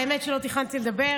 האמת היא שלא תכננתי לדבר,